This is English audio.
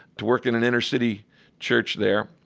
to work in an inner-city church there.